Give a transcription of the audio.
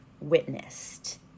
witnessed